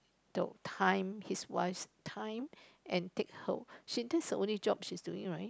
the time his wife's time and take whole she did the only job she's doing right